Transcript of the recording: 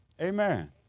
Amen